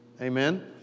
Amen